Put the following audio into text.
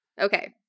Okay